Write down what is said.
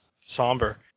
somber